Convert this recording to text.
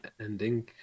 ending